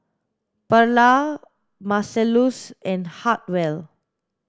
Pearla Marcellus and Hartwell